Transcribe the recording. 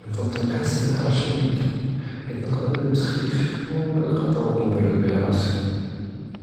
כנפצ׳ל נחס בִּלְחַר אֶשְּדִיד חִית נְקְדֶּר נְלְבְּס חְ׳פִיף וּנְלְקַא טֻרֻק נְבְּרֶד בִּיהַא ראסי،